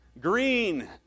Green